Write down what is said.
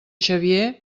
xavier